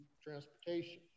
transportation